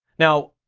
now,